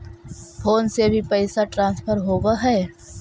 Phone से भी पैसा ट्रांसफर होवहै?